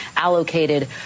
allocated